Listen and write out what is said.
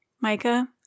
Micah